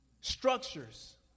structures